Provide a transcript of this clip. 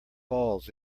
balls